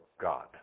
God